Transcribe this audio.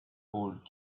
old